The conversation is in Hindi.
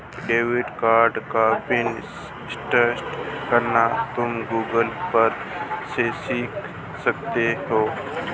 डेबिट कार्ड का पिन रीसेट करना तुम गूगल पर से सीख सकते हो